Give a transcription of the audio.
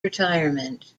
retirement